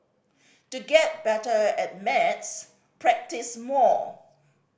to get better at maths practise more